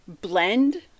blend